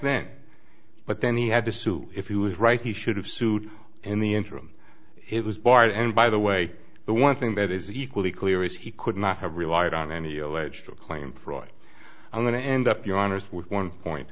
then but then he had to sue if he was right he should have sued in the interim it was barred and by the way the one thing that is equally clear is he could not have relied on any alleged claim fraud i'm going to end up your honour's with one point